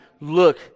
look